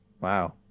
Wow